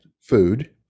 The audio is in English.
food